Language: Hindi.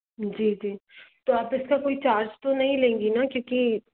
जी जी तो आप इसका कोई चार्ज तो नहीं लेंगी ना क्योंकि